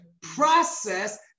Process